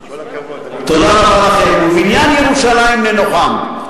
תודה רבה לכם, ובבניין ירושלים ננוחם.